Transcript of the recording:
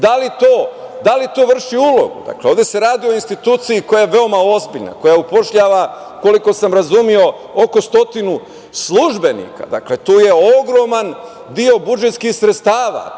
da li to vrši ulogu. Dakle, ovde se radi o instituciji koja je veoma ozbiljna, koja upošljava, koliko sam razumeo, oko stotinu službenika. Dakle, tu je ogroman deo budžetskih sredstava,